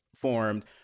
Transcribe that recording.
formed